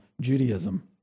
Judaism